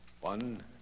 One